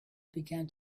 began